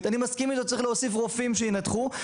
ואני מסכים אתו שצריך להוסיף רופאים שינתחו.